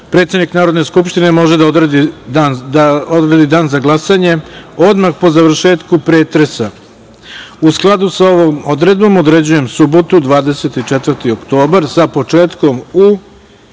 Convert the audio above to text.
predsednik Narodne skupštine može da odredi dan za glasanje odmah po završetku pretresa.U skladu sa ovom odredbom, određujem subotu, 24. oktobar, sa početkom u